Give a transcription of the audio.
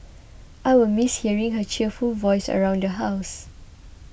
I will miss hearing her cheerful voice around the house